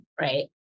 right